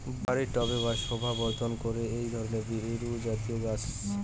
বাড়ির টবে বা বাগানের শোভাবর্ধন করে এই ধরণের বিরুৎজাতীয় গাছ